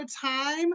time